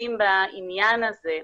המיסים בעניין הזה.